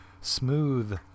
smooth